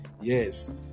yes